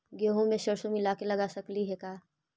गेहूं मे सरसों मिला के लगा सकली हे का?